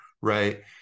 right